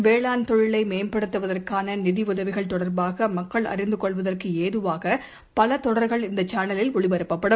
வேளாண் தொழிலைமேம்படுத்துவதற்கானநிதியுதவிகள் தொடர்பாகமக்கள் அறிந்துகொள்வதற்குஏதுவாகபலதொடர்கள் இந்தசேனலில் ஒளிபரப்பப்படும்